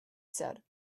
said